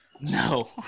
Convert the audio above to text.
No